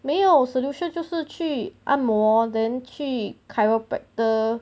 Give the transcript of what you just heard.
没有 solution 就是去按摩 then 去 chiropractor